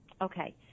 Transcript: Okay